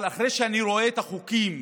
אבל אחרי שאני רואה את החוקים